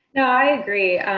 i agree.